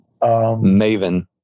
Maven